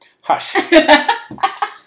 Hush